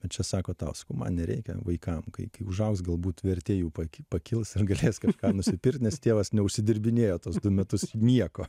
o čia sako tau sakau man nereikia vaikam kai kai užaugs galbūt vertė jų paki pakils ir galės kažką nusipirkt nes tėvas neužsidirbinėjo tuos du metus nieko